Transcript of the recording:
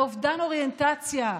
באובדן אוריינטציה,